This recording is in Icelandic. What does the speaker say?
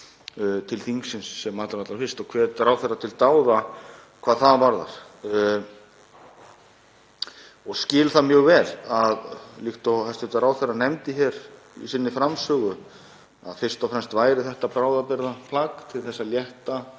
til þingsins sem allra fyrst og hvet ráðherra til dáða hvað það varðar. Ég skil það mjög vel, líkt og hæstv. ráðherra nefndi í sinni framsögu, að fyrst og fremst sé þetta bráðabirgðaplagg til að létta